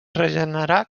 regenerar